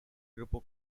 grupo